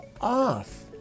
off